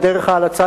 על דרך ההלצה,